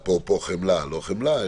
אפרופו חמלה לא חמלה,